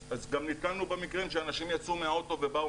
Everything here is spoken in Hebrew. אז גם נתקלנו במקרים שאנשים יצאו מהאוטו ובאו